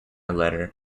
letter